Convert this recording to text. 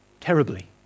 terribly